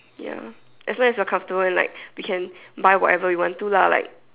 ya as long as you are comfortable and like we buy whatever you want to lah like